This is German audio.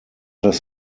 das